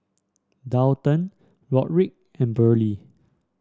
Daulton Rodrick and Burley